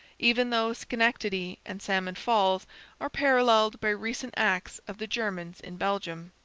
even though schenectady and salmon falls are paralleled by recent acts of the germans in belgium.